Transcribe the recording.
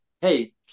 Hey